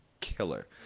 killer